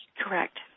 Correct